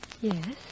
Yes